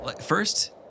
First